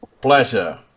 Pleasure